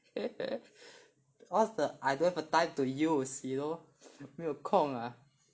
what's the I don't have the time to use you know 没有空 lah